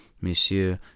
Monsieur